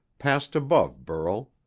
passed above burl.